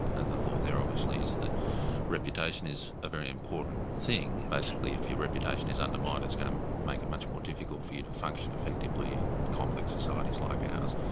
and and the thought there obviously is that reputation is a very important thing. basically if your reputation is undermined it's going to make it much more difficult for you to function effectively in complex societies like ours.